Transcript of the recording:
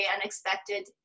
unexpected